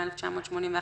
התשמ״א-11981